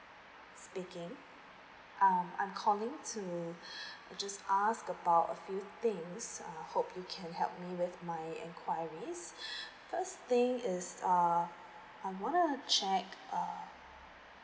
speaking um I'm calling to just ask about a few things uh hope you can help me with my enquiries first thing is err I want to check uh